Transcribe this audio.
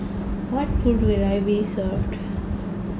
what food will I be served